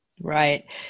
Right